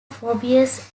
forebears